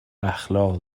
اخلاق